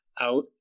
out